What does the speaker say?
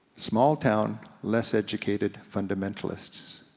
small town, less-educated fundamentalists.